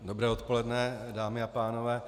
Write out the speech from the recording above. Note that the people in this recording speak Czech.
Dobré odpoledne, dámy a pánové.